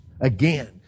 again